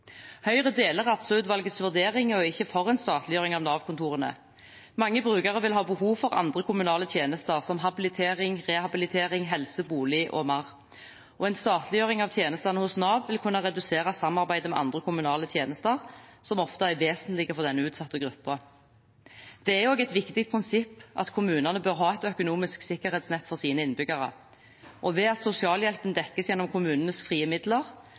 Høyre deler Rattsø-utvalgets vurdering og er ikke for en statliggjøring av Nav-kontorene. Mange brukere vil ha behov for andre kommunale tjenester som habilitering, rehabilitering, helse, bolig og mer. En statliggjøring av tjenestene hos Nav vil kunne redusere samarbeidet med andre kommunale tjenester, som ofte er vesentlige for denne utsatte gruppen. Det er også et viktig prinsipp at kommunene bør ha et økonomisk sikkerhetsnett for sine innbyggere, og ved at sosialhjelpen dekkes gjennom kommunenes frie midler,